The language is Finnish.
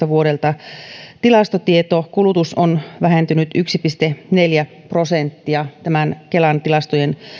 vuodelta kaksituhattaseitsemäntoista tilastotieto kulutus on vähentynyt yksi pilkku neljä prosenttia kelan tilastojen